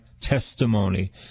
testimony